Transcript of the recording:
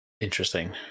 interesting